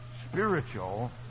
spiritual